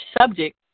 subject